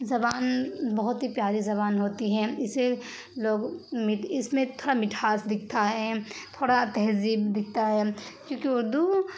زبان بہت ہی پیاری زبان ہوتی ہیں اسے لوگ میٹ اس میں تھوڑا مٹھاس دکھتا ہے تھوڑا تہذیب دکھتا ہے کیونکہ اردو